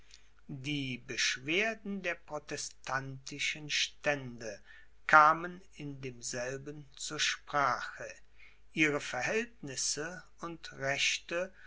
die beschwerden der protestantischen stände kamen in demselben zur sprache ihre verhältnisse und rechte